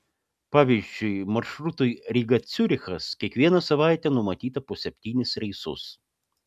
pavyzdžiui maršrutui ryga ciurichas kiekvieną savaitę numatyta po septynis reisus